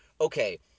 okay